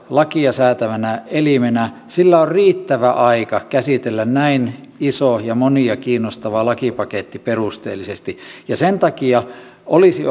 lakia säätävänä elimenä on riittävä aika käsitellä näin iso ja monia kiinnostava lakipaketti perusteellisesti sen takia olisi